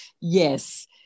Yes